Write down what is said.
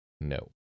No